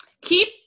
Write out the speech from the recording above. Keep